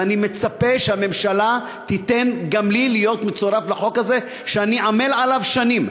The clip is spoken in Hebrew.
ואני מצפה שהממשלה תיתן גם לי להיות מצורף לחוק הזה שאני עמל עליו שנים.